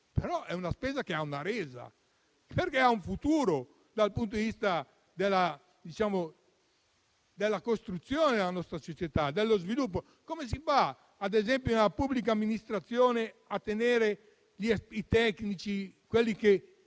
lavoro è una spesa, ma ha una resa, perché ha un futuro dal punto di vista della costruzione della nostra società e dello sviluppo. Come si fa, ad esempio, nella pubblica amministrazione, a trattenere i tecnici che